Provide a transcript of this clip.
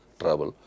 travel